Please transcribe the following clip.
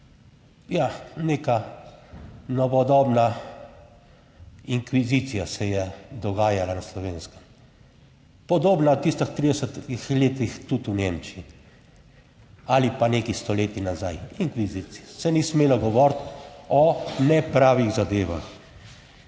Ja, neka novodobna inkvizicija se je dogajala na Slovenskem, podobna v tistih 30. letih tudi v Nemčiji ali pa nekaj stoletij nazaj inkvizicija, se ni smelo govoriti o nepravih zadevah.